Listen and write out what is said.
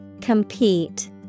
Compete